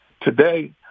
Today